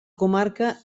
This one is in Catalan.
comarca